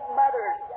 mothers